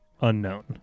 unknown